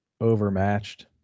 overmatched